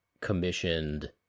commissioned